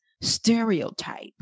stereotype